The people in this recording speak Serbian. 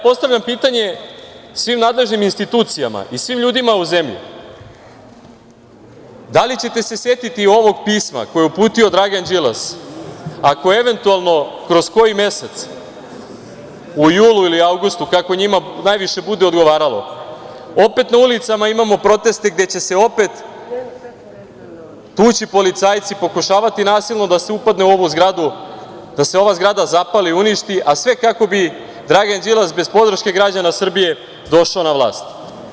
Postavljam pitanje svim nadležnim institucijama i svim ljudima u zemlji, da li ćete se setiti ovog pisma koje je uputio Dragan Đilas ako eventualno kroz koji mesec, u julu ili avgustu, kako njima najviše bude odgovaralo, opet na ulicama imamo proteste gde će se opet tući policajci, pokušavati nasilno da se upadne u ovu zgradu, da se ova zgrada zapali, uništi, a sve kako bi Dragan Đilas, bez podrške građana Srbije, došao na vlast?